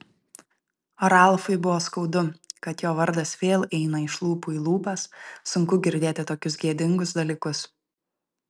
ralfui buvo skaudu kad jo vardas vėl eina iš lūpų į lūpas sunku girdėti tokius gėdingus dalykus